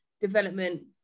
development